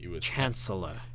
chancellor